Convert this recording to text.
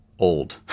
old